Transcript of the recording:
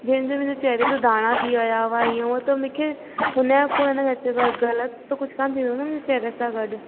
जंहिंजे मुंहिंजे चेहरे ते दाणा थी विया हुआ हीअं हूअं त मूंखे हुन या पोइ मूंखे हुन या पोइ त छा ॻाल्ह आहे ग़लति त कुझु कोन्ह थींदो न चेहरे सां गॾु